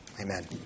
Amen